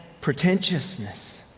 pretentiousness